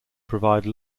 provide